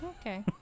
Okay